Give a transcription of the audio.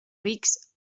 rics